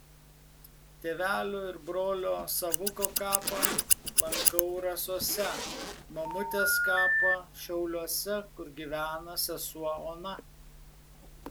tėvelio ir brolio savuko kapą lankau rasose mamutės kapą šiauliuose kur gyvena sesuo ona